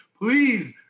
please